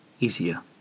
easier